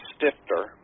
Stifter